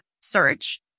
search